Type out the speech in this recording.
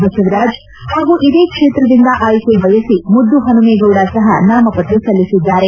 ಬಸವರಾಜ್ ಹಾಗೂ ಇದೇ ಕ್ಷೇತ್ರದಿಂದ ಆಯ್ಕೆ ಬಯಸಿ ಮುದ್ಧಹನುಮೇಗೌಡ ಸಹಾ ನಾಮಪತ್ರ ಸಲ್ಲಿಸಿದ್ದಾರೆ